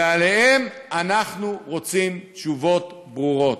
ועליהן אנחנו רוצים תשובות ברורות.